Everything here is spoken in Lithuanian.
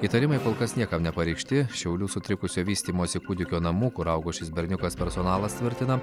įtarimai kol kas niekam nepareikšti šiaulių sutrikusio vystymosi kūdikio namų kur augo šis berniukas personalas tvirtina